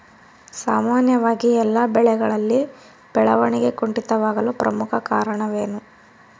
ಸಾಮಾನ್ಯವಾಗಿ ಎಲ್ಲ ಬೆಳೆಗಳಲ್ಲಿ ಬೆಳವಣಿಗೆ ಕುಂಠಿತವಾಗಲು ಪ್ರಮುಖ ಕಾರಣವೇನು?